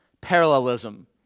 parallelism